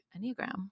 Enneagram